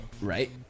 Right